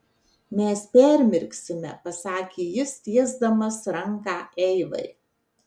mes permirksime pasakė jis tiesdamas ranką eivai